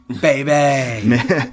baby